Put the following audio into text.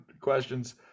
questions